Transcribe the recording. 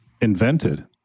invented